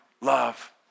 love